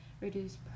reduce